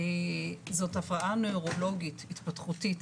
זאת הפרעה נוירולוגית התפתחותית